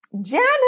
Janet